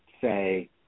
say